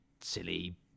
silly